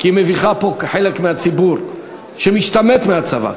כי היא מביכה פה חלק מהציבור שמשתמט מהצבא,